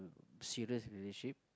serious relationship